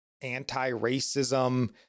anti-racism